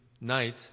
night